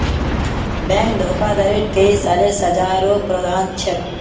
bank धोखाधडीत कई सालेर सज़ारो प्रावधान छेक